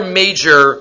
major